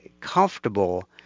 comfortable